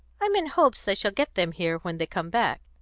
i'm in hopes i shall get them here when they come back.